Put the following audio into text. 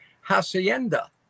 hacienda